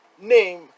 name